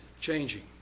Changing